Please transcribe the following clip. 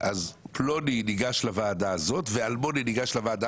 אז פלוני ניגש לוועדה הזאת ואלמוני ניגש לוועדה